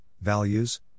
values